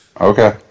Okay